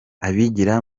abigira